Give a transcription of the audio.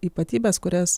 ypatybes kurias